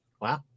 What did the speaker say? Wow